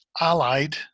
Allied